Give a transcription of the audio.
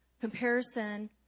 Comparison